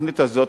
התוכנית הזאת,